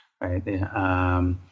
right